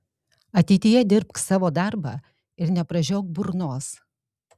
ateityje dirbk savo darbą ir nepražiok burnos